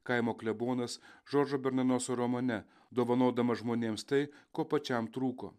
kaimo klebonas žoržo bernanoso romane dovanodamas žmonėms tai ko pačiam trūko